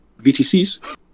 VTCs